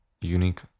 unique